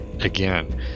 Again